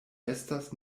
estas